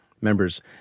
members